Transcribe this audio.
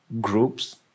groups